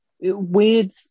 weird